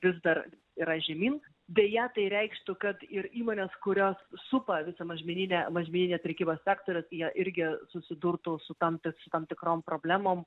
vis dar yra žemyn beje tai reikštų kad ir įmonės kurios supa visą mažmeninę mažmeninę prekybą sektorių jie irgi susidurtų su tam tik tam tikrom problemom